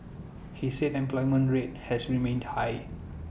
he said employment rate has remained high